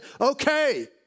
okay